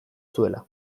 zuela